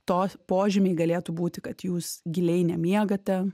to požymiai galėtų būti kad jūs giliai nemiegate